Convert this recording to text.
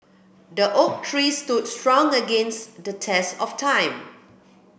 the oak tree stood strong against the test of time